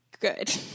Good